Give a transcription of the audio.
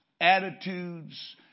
attitudes